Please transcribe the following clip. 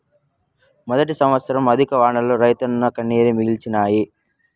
మొదటి సంవత్సరంల అధిక వానలు రైతన్నకు కన్నీరే మిగిల్చినాయి